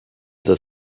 the